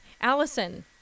Allison